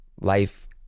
life